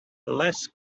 less